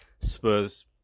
Spurs